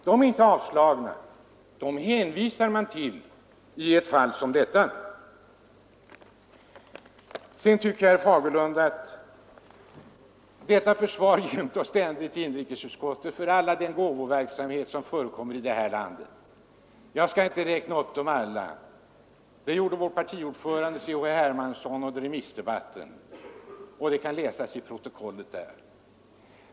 Herr Fagerlund tycker inte om kritiken mot inrikesutskottets ständiga försvar av all den gåvoverksamhet som förekommer i det här landet. Jag skall inte räkna upp alla gåvor som ges till företagen — det gjorde herr Hermansson i remissdebatten, och det kan läsas i protokollet från den debatten.